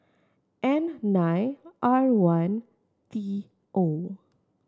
N nine R one T O